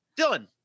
Dylan